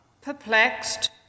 perplexed